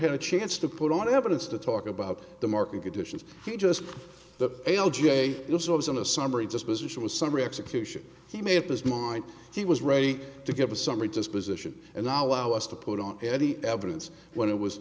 had a chance to put on evidence to talk about the market conditions he just the a l j on a summary disposition with summary execution he may have his mind he was ready to give a summary disposition and now allow us to put on any evidence when it was